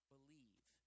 believe